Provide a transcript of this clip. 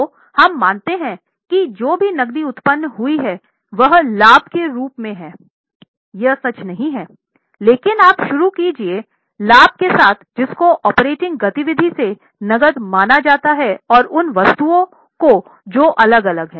तो हम मानते हैं कि जो भी नक़दी उत्पन्न हुई है वह लाभ के रूप में है यह सच नहीं है लेकिन आप शुरू कीजिए लाभ के साथ जिसको ऑपरेटिंग गतिविधियों से नकद माना जाता है और उन वस्तुओं को जो अलग अलग हैं